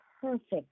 Perfect